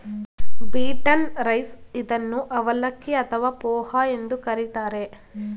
beaten rice ಇದನ್ನು ಅವಲಕ್ಕಿ ಅಥವಾ ಪೋಹ ಎಂದು ಕರಿತಾರೆ